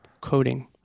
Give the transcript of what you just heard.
coding